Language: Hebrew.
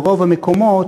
ברוב המקומות,